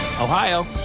Ohio